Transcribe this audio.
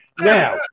Now